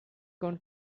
corn